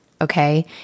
okay